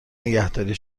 نگهداری